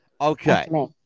Okay